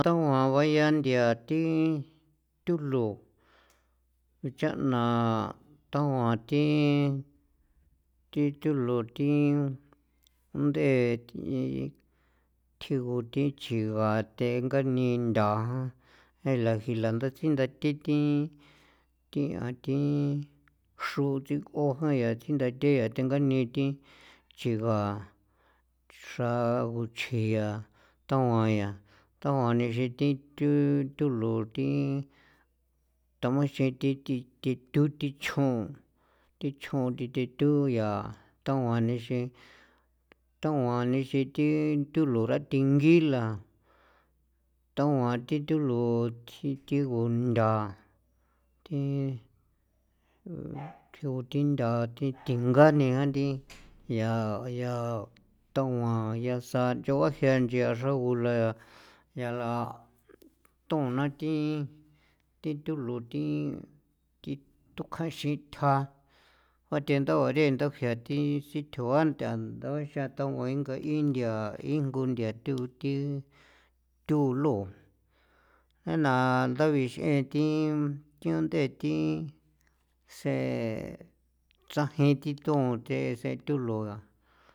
Tauan bayan nthia thi thulo cha'na tauan thi thi thulo thi ndee thi thjigo thi chiga the nganin nthan jeela ginla ndatsjen tsinda thi thi kin a thi xro tsi o jan ya yaa thi dinthatea ni thi thinga ni thi chigaa xrango chjia taguan yaa taona nixin thi thi thulo thi tamexin thi thi thu thi thuchjon thi chjon the thinthu yaa taguan nixin taoan nixin thi thulora thingila taguan thi thulo chji thjigo ntha thi thjigu thi ntha jithingania thi ya yaa taguan yaa sa nchao sa nchia xra gula yaa la thuna thi thulo thi thi tokjanxin tja bathendau are tajia thi sithjoan tha ndaxen taguan ngain nthia ingu nthia tho gu thi thulo jee na ta bix'ee thi thiondee thi see tsajin thi thon tsee sen thulo ra.